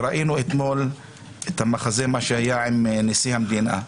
וראינו אתמול את המחזה עם נשיא המדינה.